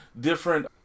different